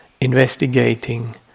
investigating